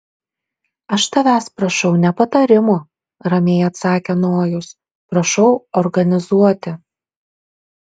aš tavęs prašau ne patarimo ramiai atsakė nojus prašau organizuoti